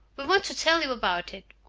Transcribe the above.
we want to tell you about it.